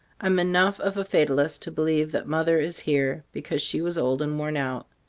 i'm enough of a fatalist to believe that mother is here because she was old and worn out.